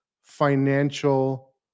financial